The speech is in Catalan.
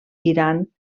iran